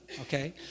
okay